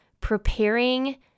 preparing